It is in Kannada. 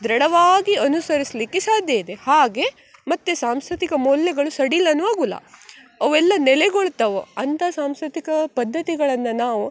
ದೃಢವಾಗಿ ಅನುಸರಿಸಲಿಕ್ಕೆ ಸಾಧ್ಯ ಇದೆ ಹಾಗೆ ಮತ್ತು ಸಾಂಸ್ಕೃತಿಕ ಮೌಲ್ಯಗಳು ಸಡಿಲವೂ ಆಗುಲ್ಲ ಅವೆಲ್ಲ ನೆಲೆಗೊಳ್ತಾವೆ ಅಂಥ ಸಾಂಸ್ಕೃತಿಕ ಪದ್ದತಿಗಳನ್ನು ನಾವು